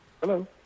Hello